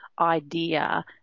idea